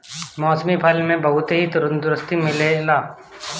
मौसमी फल से बहुते तंदुरुस्ती मिलेला